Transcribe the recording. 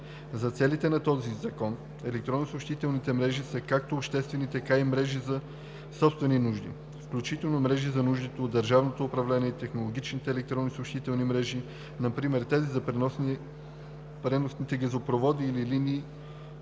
За целите на този закон електронни съобщителните мрежи са както обществени, така и мрежи за собствени нужди (включително мрежи за нуждите на държавното управление, технологични електронни съобщителни мрежи, например тези на преносните газопроводи и линии